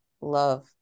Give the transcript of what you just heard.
love